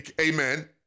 Amen